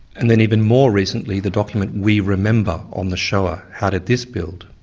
and then even more recently, the document we remember, on the shoah. how did this build?